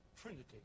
trinity